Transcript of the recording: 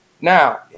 Now